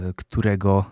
którego